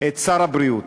את שר הבריאות.